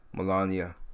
Melania